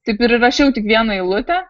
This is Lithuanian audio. taip ir įrašiau tik vieną eilutę